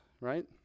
right